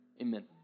Amen